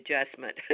adjustment